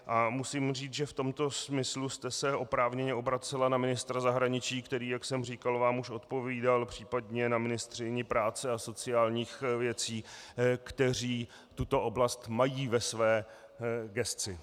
A musím říci, že v tomto smyslu jste se oprávněně obracela na ministra zahraničí, který, jak jsem říkal, vám už odpovídal, příp. na ministryni práce a sociálních věcí, kteří tuto oblast mají ve své gesci.